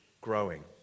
growing